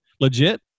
Legit